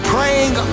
Praying